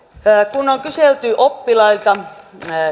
kun on on kyselty oppilailta